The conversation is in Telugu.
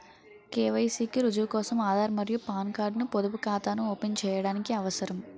కె.వై.సి కి రుజువు కోసం ఆధార్ మరియు పాన్ కార్డ్ ను పొదుపు ఖాతాను ఓపెన్ చేయడానికి అవసరం